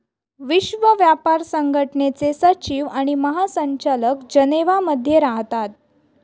विश्व व्यापार संघटनेचे सचिव आणि महासंचालक जनेवा मध्ये राहतात